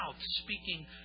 speaking